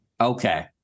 Okay